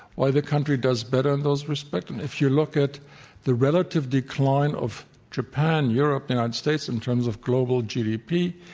why the country does better in those respects, if you look at the relative decline of japan, europe, the united states in terms of global gdp,